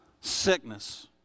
sickness